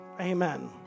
amen